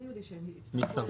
מצטרפים?